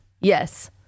Yes